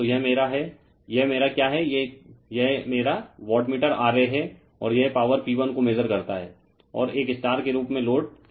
तो यह मेरा है यह मेरा क्या है कि यह मेरा वाटमीटर RA है और यह पॉवर P1 को मेसर करता है और एक स्टार के रूप में लोड लिया जाता है